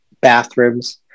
bathrooms